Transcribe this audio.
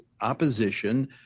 opposition